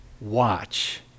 Watch